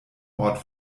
ort